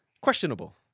questionable